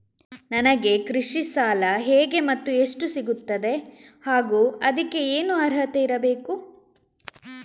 ನನಗೆ ಕೃಷಿ ಸಾಲ ಹೇಗೆ ಮತ್ತು ಎಷ್ಟು ಸಿಗುತ್ತದೆ ಹಾಗೂ ಅದಕ್ಕೆ ಏನು ಅರ್ಹತೆ ಇರಬೇಕು?